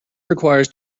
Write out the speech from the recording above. required